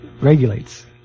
regulates